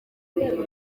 bari